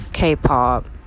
k-pop